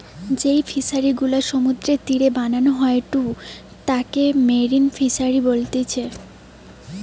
যেই ফিশারি গুলা সমুদ্রের তীরে বানানো হয়ঢু তাকে মেরিন ফিসারী বলতিচ্ছে